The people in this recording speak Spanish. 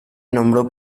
nombró